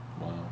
Wow